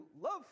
love